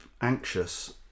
anxious